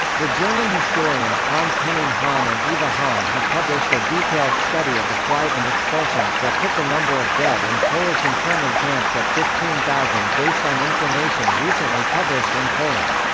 the german historians hans henning hahn and eva hahn have published a detailed study of the flight and expulsions that put the number of dead in polish internment camps at fifteen thousand based on information recently published in poland.